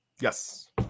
Yes